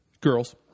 Girls